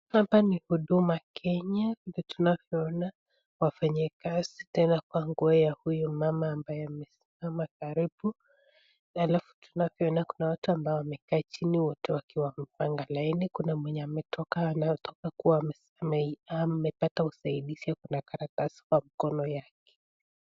Hapa ni Huduma Kenya vile tunavyoonaWafanyekasi tena kwa nguo ya huyu mama mwenye amesimama hapa karibu. Alafu tunavyoona watu wamekaa chini wote wakiwa wamepanga laini. Kuna mwenye ametoka kuwa amepewa usaidizi amebeba karatasi kwa mikono yake.